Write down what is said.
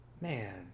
Man